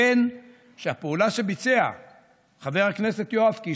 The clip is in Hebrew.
שהפעולה שביצע חבר הכנסת יואב קיש,